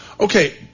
Okay